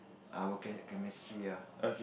our chem~ chemistry ya